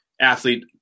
athlete